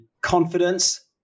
confidence